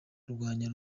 kurwanya